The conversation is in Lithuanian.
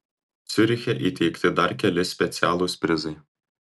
ciuriche įteikti dar keli specialūs prizai